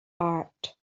art